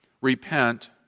repent